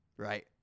Right